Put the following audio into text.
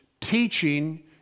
teaching